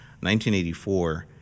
1984